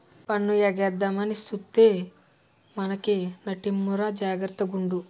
పన్ను ఎగేద్దామని సూత్తే మనకే నట్టమురా జాగర్త గుండు